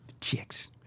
Chicks